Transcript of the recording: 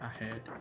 ahead